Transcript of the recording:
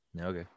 Okay